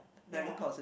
ya